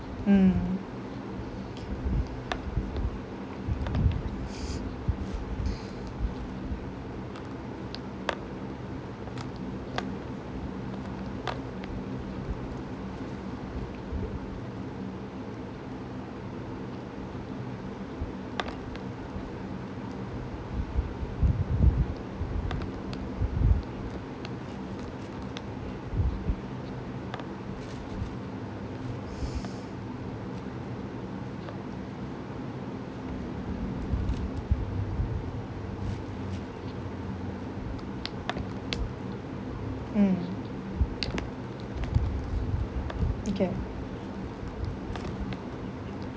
mm mm okay